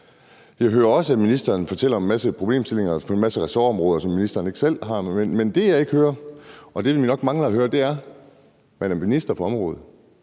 Jeg hører også, at ministeren fortæller om en masse problemstillinger på en masse ressortområder, som ministeren ikke selv har noget at gøre med. Men det, jeg ikke hører, og det, vi nok mangler at høre, er: Man er minister på området,